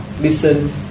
listen